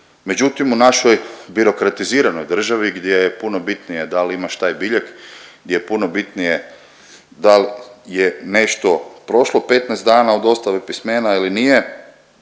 međutim u našoj birokratiziranoj državi gdje je puno bitnije dal imaš taj biljeg, di je puno bitnije dal je nešto prošlo 15 dana od dostave pismena ili nije,